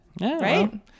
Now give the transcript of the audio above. right